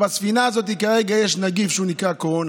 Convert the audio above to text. בספינה הזאת כרגע יש נגיף שנקרא קורונה.